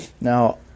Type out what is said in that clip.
Now